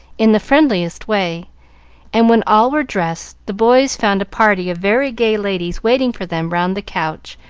in the friendliest way and when all were dressed, the boys found a party of very gay ladies waiting for them round the couch,